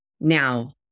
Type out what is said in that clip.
Now